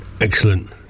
Excellent